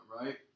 right